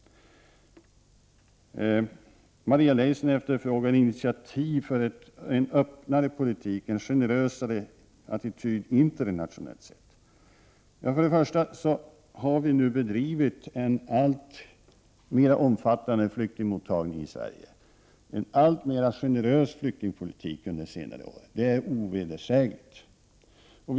Maria Leissner efterfrågar initiativ till en öppnare flyktingpolitik, en generösare attityd internationellt sett. Först och främst har vi nu bedrivit en alltmer omfattande flyktingmottagning i Sverige, en alltmer generös flyktingpolitik under senare år — det är ovedersägligt.